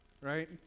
right